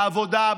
בעבודה,